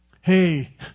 hey